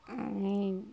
আমি